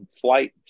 flight